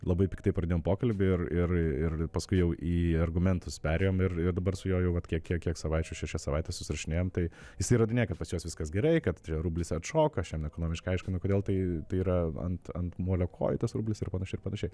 labai piktai pradėjom pokalbį ir ir ir paskui jau į argumentus perėjom ir dabar su juo jau vat kiek kiek kiek savaičių šešias savaites susirašinėjam tai jisai įrodinėja kad pas juos viskas gerai kad rublis atšoka aš jam ekonomiškai aiškinu kodėl tai yra ant ant molio kojų tas rublis ir panašiai ir panašiai